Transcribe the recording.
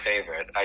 favorite